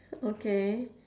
okay